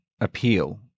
appeal